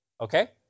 Okay